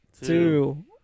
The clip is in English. two